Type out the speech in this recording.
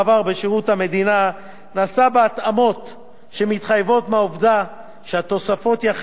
נעשה בהתאמות שמתחייבות מהעובדה שהתוספות יחלו להשתלם ממועד